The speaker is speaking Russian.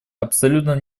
абсолютно